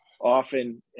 often